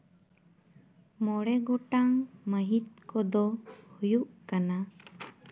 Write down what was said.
ᱢᱚᱬᱮ ᱜᱚᱴᱟᱝ ᱢᱟᱹᱦᱤᱛ ᱠᱚᱫᱚ ᱦᱩᱭᱩᱜ ᱠᱟᱱᱟ